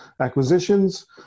acquisitions